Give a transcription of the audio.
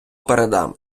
передам